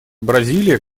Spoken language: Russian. бразилия